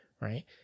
right